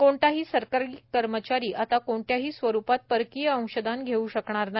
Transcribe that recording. कोणताही सरकारी कर्मचारी आता कोणत्याही स्वरुपात परकीय अंशदान घेऊ शकणार नाही